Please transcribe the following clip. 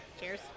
Cheers